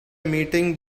meeting